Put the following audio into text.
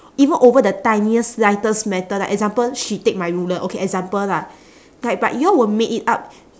even over the tiniest lightest matter like example she take my ruler okay example lah like but y'all will make it up